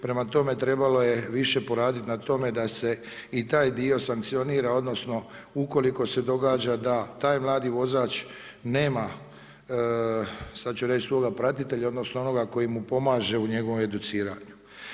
Prema tome, trebalo je više poraditi na tome da se i taj dio sankcionira odnosno ukoliko se događa da taj mladi vozač nema, sada ću reći svoga pratitelja, odnosno onoga koji mu pomaže u njegovom educiranju.